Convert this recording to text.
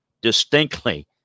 distinctly